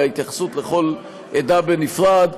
אלא התייחסות לכל עדה בנפרד,